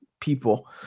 people